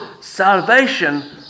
salvation